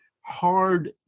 hard